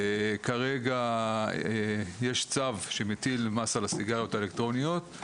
כרגע יש צו שמטיל מס על הסיגריות האלקטרוניות,